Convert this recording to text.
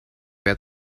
wer